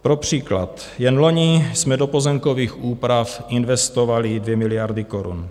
Pro příklad jen loni jsme do pozemkových úprav investovali 2 miliardy korun.